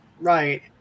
Right